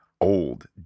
old